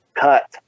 cut